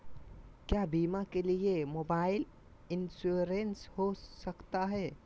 क्या बीमा के लिए मोबाइल इंश्योरेंस हो सकता है?